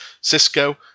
Cisco